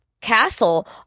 castle